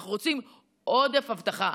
אנחנו רוצים עודף אבטחה,